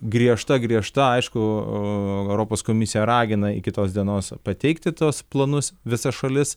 griežta griežta aišku europos komisija ragina iki tos dienos pateikti tuos planus visas šalis